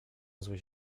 złość